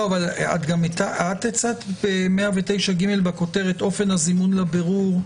את הצעת ב-109ג בכותרת אופן הזימון לבירור,